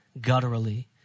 gutturally